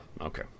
Okay